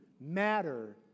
matter